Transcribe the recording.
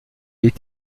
est